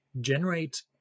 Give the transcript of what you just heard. generate